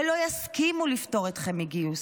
ולא יסכימו לפטור אתכם מגיוס?